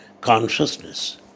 consciousness